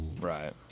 Right